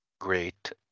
great